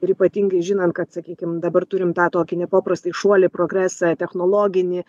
ir ypatingai žinant kad sakykim dabar turim tą tokį nepaprastai šuolį progresą technologinį